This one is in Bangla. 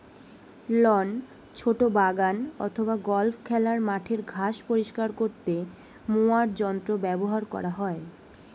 লন, ছোট বাগান অথবা গল্ফ খেলার মাঠের ঘাস পরিষ্কার করতে মোয়ার যন্ত্র ব্যবহার করা হয়